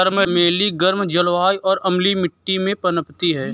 चमेली गर्म जलवायु और अम्लीय मिट्टी में पनपती है